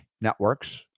networks